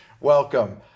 welcome